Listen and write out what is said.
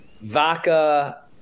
vodka